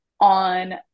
on